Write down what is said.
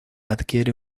adquiere